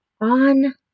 on